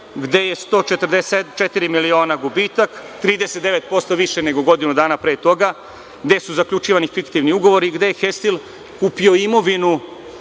gde je 144 miliona gubitak, 39% više nego godinu dana pre toga, gde su zaključivani fiktivni ugovori, gde je „Hestil“ kupio imovinu